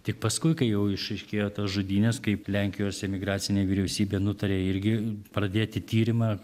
tik paskui kai jau išaiškėjo tos žudynės kaip lenkijos emigracinė vyriausybė nutarė irgi pradėti tyrimą